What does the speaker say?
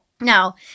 Now